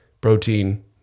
protein